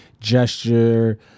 gesture